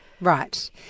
Right